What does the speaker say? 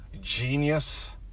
genius